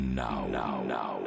now